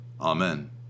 amen